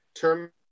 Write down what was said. term